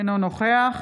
אינו נוכח